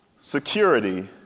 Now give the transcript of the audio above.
security